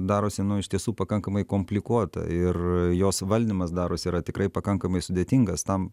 darosi iš tiesų pakankamai komplikuota ir jos valdymas darosi yra tikrai pakankamai sudėtingas tam